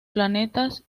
planetas